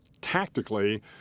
tactically